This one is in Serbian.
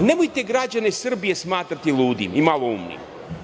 nemojte građane Srbije smatrati ludim i maloumnim.